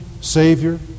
Savior